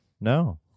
No